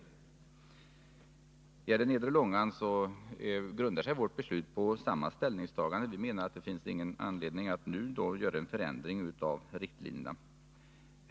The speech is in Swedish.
När det gäller nedre Långan grundar sig utskottets beslut på samma ställningstagande. Vi menar att det finns ingen anledning att nu göra en förändring av riktlinjerna.